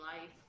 life